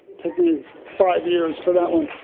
take me five years for that one.